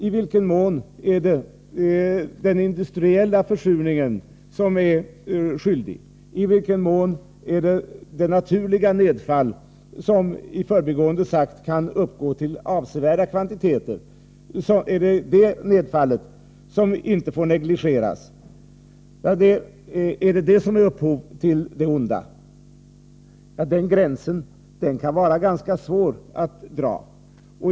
I vilken mån är det den industriella försurningen som är skyldig? I vilken mån är det det naturliga nedfallet — som i förbigående sagt kan uppgå till avsevärda kvantiteter och inte får negligeras — som är upphov till det onda? Den gränsen kan vara ganska svår att dra.